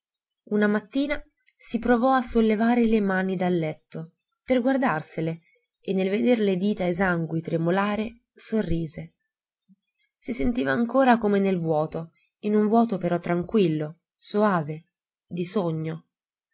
una mattina si provò a sollevare le mani dal letto per guardarsele e nel veder le dita esangui tremolare sorrise si sentiva ancora come nel vuoto in un vuoto però tranquillo soave di sogno